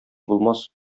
булмас